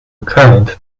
kind